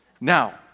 Now